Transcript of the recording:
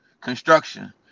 construction